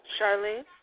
Charlene